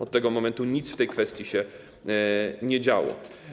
Od tego momentu nic w tej kwestii się nie działo.